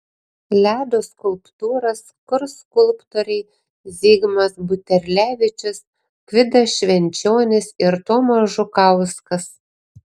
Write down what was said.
ledo skulptūras kurs skulptoriai zigmas buterlevičius gvidas švenčionis ir tomas žukauskas